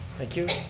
thank you.